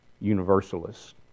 universalists